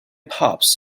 pubs